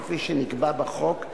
כפי שנקבע בחוק,